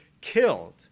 killed